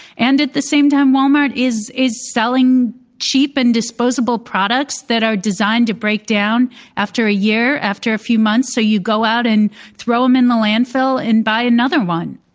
and at the same time, walmart is it's selling cheap and disposable products that are designed to break down after a year, after a few months, so you go out and throw them in the landfill and buy another one.